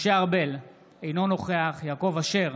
משה ארבל, אינו נוכח יעקב אשר,